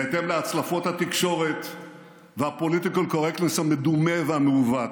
בהתאם להצלפות התקשורת וה-political correctness המדומה והמעוות.